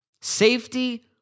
Safety